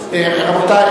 והקליטה.